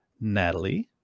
Natalie